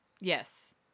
Yes